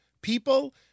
people